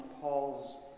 Paul's